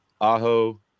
Ajo